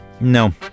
No